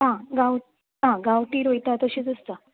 आं गांव आं गांवटी रोयता तशीच आसता